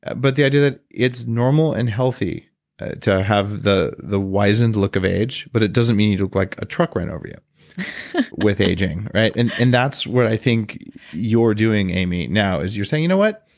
but the idea that it's normal and healthy to have the the wiser and look of age, but it doesn't mean you look like a truck ran over you with aging. and and that's where i think you're doing amy now as you're saying, you know what,